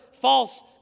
false